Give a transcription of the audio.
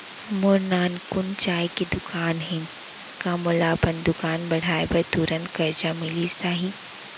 मोर नानकुन चाय के दुकान हे का मोला अपन दुकान बढ़ाये बर तुरंत करजा मिलिस जाही?